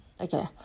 Okay